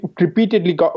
Repeatedly